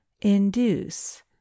induce